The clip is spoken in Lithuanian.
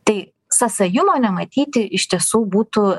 tai sąsajumo nematyti iš tiesų būtų